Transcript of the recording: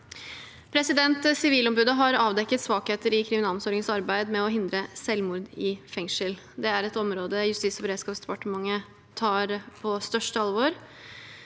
forvaltningen. Sivilombudet har avdekket svakheter i kriminalomsorgens arbeid med å hindre selvmord i fengsel. Det er et område Justis- og beredskapsdepartementet tar på største alvor.